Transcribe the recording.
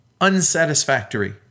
unsatisfactory